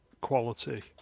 quality